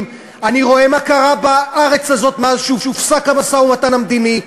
אני רואה מה קרה בארץ הזאת מאז הופסק המשא-ומתן המדיני: